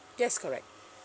yes correct